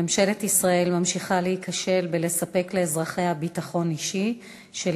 ממשלת ישראל ממשיכה להיכשל בהבטחת ביטחון אישי לאזרחיה,